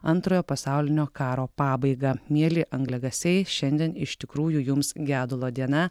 antrojo pasaulinio karo pabaigą mieli angliakasiai šiandien iš tikrųjų jums gedulo diena